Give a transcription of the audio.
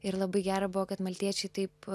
ir labai gera buvo kad maltiečiai taip